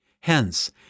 Hence